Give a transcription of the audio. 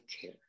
care